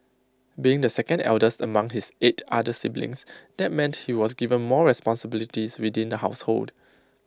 being the second eldest among his eight other siblings that meant he was given more responsibilities within the household